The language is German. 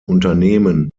unternehmen